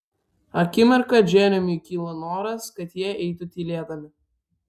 akimirką džeremiui kyla noras kad jie eitų tylėdami